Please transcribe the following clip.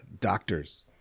Doctor's